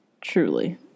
truly